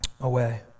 away